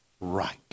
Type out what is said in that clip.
right